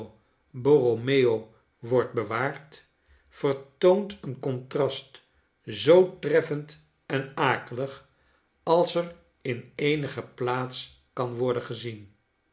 borromeo wordt bewaard vertoont een contrast zoo treffend en akelig als er in eenige plaats kan worden gezien